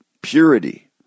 purity